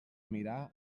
mirar